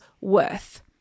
worth